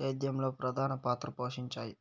సేద్యంలో ప్రధాన పాత్ర పోషించాయి